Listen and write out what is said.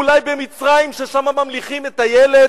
אולי במצרים, ששם ממליכים את הילד?